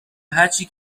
هرچی